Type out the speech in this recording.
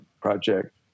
Project